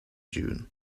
june